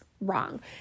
wrong